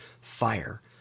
fire